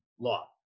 law